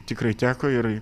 tikrai teko ir